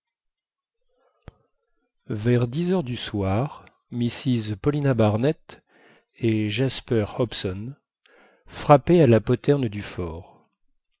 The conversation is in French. vers dix heures du soir mrs paulina barnett et jasper hobson frappaient à la poterne